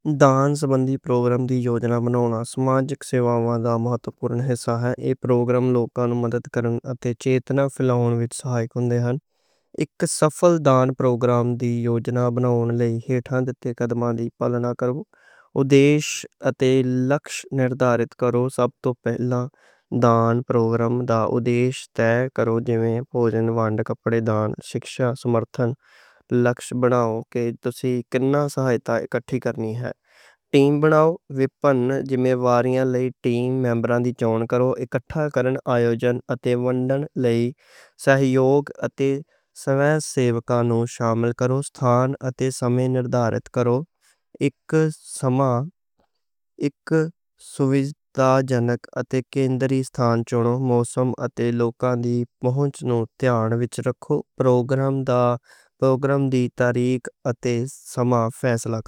دان سبندی پروگرام دی یوجنا بناؤنا سماجک سیواواں دا اہم حصہ ہے۔ اے پروگرام لوکاں نوں مدد کرن اتے چیتنا پھلاؤنا وچ سہائ ہوندا ہے۔ سفل دان پروگرام دی یوجنا بناؤنا لئی ہیٹھاں جتے قدمان دی پالنا کرو۔ ادیش اتے لکش نردھارت کرو سب توں پہلاں؛ دان پروگرام دا ادیش تے کرو جیویں بھوجن، وانڈ، کپڑے، دان، شکشا، سمرتھن۔ لکش بناؤ کہ تسیں کِنّا سا اکٹھا کرنا ہے، ٹیم بناؤ۔ وِبھن واریاں لئی ٹیم میمبران دی چون کرو۔ اکٹھا کرن، آیوجن اتے ونڈن لئی سہیوگ اتے سوئں سیوکاں نوں شامل کرو۔ ستھان اتے سمے نردھارت کرو اک سماگم۔ سوجھداجنک اتے کیندری ستھان چ سوئں سیوکاں نوں شامل کرو۔